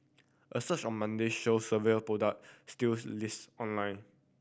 a search on Monday showed several product stills listed online